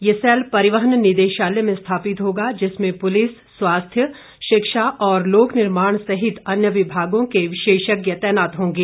ये सैल परिवहन निदेशालय में स्थापित होगा जिसमें पुलिस स्वास्थ्य शिक्षा और लोक निर्माण सहित अन्य विभागों के विशेषज्ञ तैनात होंगे